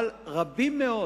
אבל רבים מאוד